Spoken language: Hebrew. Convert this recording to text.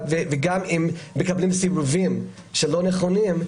ואם מקבלים סירובים שלא נכונים,